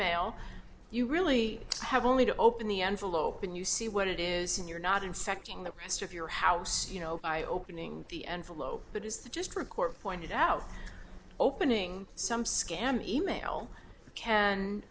mail you really have only to open the envelope and you see what it is and you're not infecting the rest of your house you know by opening the envelope but is that just for a court pointed out opening some scam e mail can